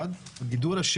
זה גידול אחד.